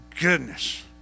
goodness